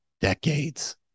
Decades